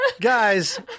Guys